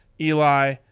Eli